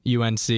UNC